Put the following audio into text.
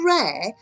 rare